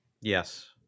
Yes